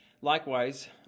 Likewise